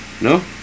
No